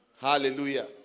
Hallelujah